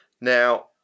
Now